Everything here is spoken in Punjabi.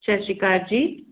ਸਤਿ ਸ਼੍ਰੀ ਅਕਾਲ ਜੀ